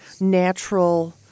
natural